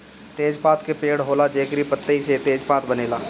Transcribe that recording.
तेजपात के पेड़ होला जेकरी पतइ से तेजपात बनेला